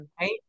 Right